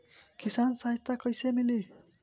किसान सहायता कईसे मिली?